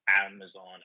Amazon